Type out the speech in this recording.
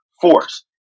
force